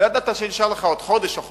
לא ידעת שנשארו לך עוד חודש או חודשיים,